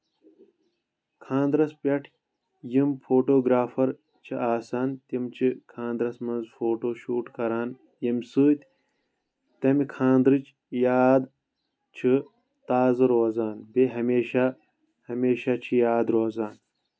خانٛدرَس پٮ۪ٹھ یِم فوٹوگرافر چھِ آسان تِم چھِ خانٛدرَس منٛز فوٹو شوٗٹ کران ییٚمہِ سۭتۍ تَمہِ خانٛدٕچ یاد چھِ تازٕ روزان بیٚیہِ ہمیٚشہٕ ہمیٚشہٕ چھِ یاد روزان